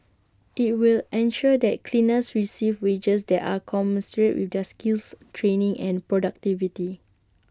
IT will ensure that cleaners receive wages that are commensurate with their skills training and productivity